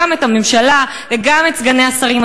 גם את הממשלה וגם את מספר סגני השרים.